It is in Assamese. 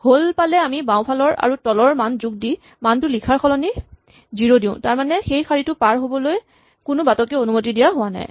হল পালে আমি বাওঁফালৰ আৰু তলৰ মান যোগ দি মানটো লিখাৰ সলনি জিৰ' দিও তাৰমানে সেই শাৰীটো পাৰ হ'বলৈ কোনো বাটকে অনুমতি দিয়া হোৱা নাই